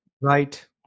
right